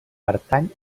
pertany